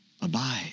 abide